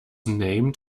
named